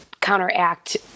counteract